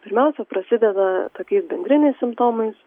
pirmiausia prasideda tokiais bendriniais simptomais